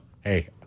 Hey